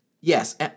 yes